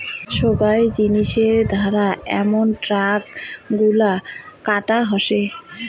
সোগায় জিনিসের ধারা আমন ট্যাক্স গুলা কাটা হসে